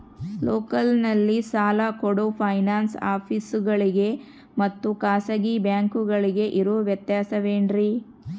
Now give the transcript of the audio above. ಲೋಕಲ್ನಲ್ಲಿ ಸಾಲ ಕೊಡೋ ಫೈನಾನ್ಸ್ ಆಫೇಸುಗಳಿಗೆ ಮತ್ತಾ ಖಾಸಗಿ ಬ್ಯಾಂಕುಗಳಿಗೆ ಇರೋ ವ್ಯತ್ಯಾಸವೇನ್ರಿ?